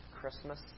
Christmas